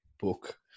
book